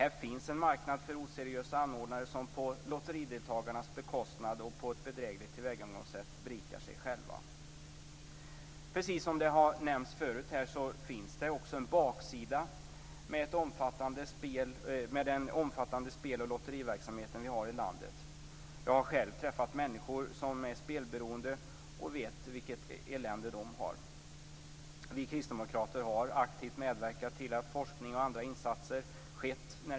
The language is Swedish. Här finns en marknad för oseriösa anordnare som på lotterideltagarnas bekostnad och på ett bedrägligt tillvägagångssätt berikar sig själva. Precis som tidigare har nämnts här finns det en baksida med den omfattande spel och lotteriverksamheten som vi har i landet. Jag har själv träffat på människor som är spelberoende och vet därför vilket elände som de har.